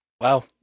Wow